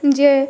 ଯେ